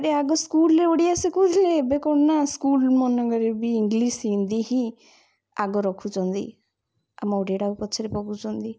ଏ ଆଗ ସ୍କୁଲ୍ରେ ଓଡ଼ିଆ ଶିଖାଉଥିଲେ ଏବେ କ'ଣ ନା ସ୍କୁଲ୍ମାନଙ୍କରେ ବି ଇଂଲିଶ୍ ହିନ୍ଦୀ ହିଁ ଆଗ ରଖୁଛନ୍ତି ଆମ ଓଡ଼ିଆଟାକୁ ପଛରେ ପକାଉଛନ୍ତି